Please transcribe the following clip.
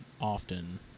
often